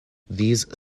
these